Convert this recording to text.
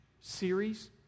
series